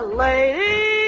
lady